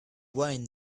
wine